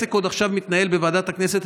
כשהעסק עוד עכשיו מתנהל בוועדת הכנסת,